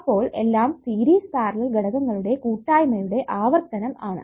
അപ്പോൾ എല്ലാം series parallel ഘടകങ്ങളുടെ കൂട്ടായ്മയുടെ ആവർത്തനം ആണ്